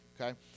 okay